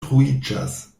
troiĝas